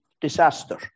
disaster